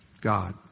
God